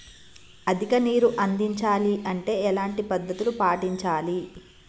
అధిక నీరు అందించాలి అంటే ఎలాంటి పద్ధతులు పాటించాలి?